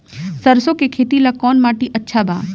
सरसों के खेती ला कवन माटी अच्छा बा?